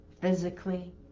physically